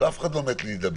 אף אחד לא מת להידבק.